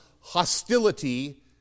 hostility